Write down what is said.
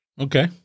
Okay